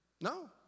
No